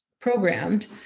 programmed